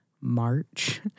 March